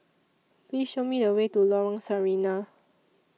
Please Show Me The Way to Lorong Sarina